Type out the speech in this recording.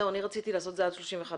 אני רציתי לעשות את זה עד 31 בדצמבר,